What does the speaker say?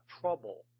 trouble